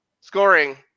scoring